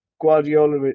Guardiola